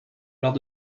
lors